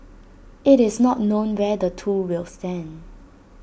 IT is not known where the two will stand